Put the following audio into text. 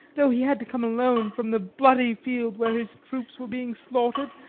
though he had to come alone from the bloody field where his troops were being slaughtered,